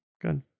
Good